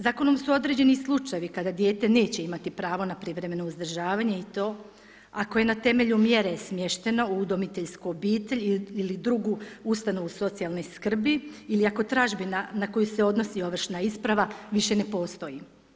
Zakonom su određeni i slučajevi kada dijete neće imati pravo na privremeno uzdržavanje i to ako je na temelju mjere smješteno u udomiteljsku obitelj ili drugu ustanovu socijalne skrbi ili ako tražbina na koju se odnosi ovršna isprava više ne postoji.